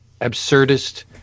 absurdist